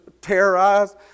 terrorized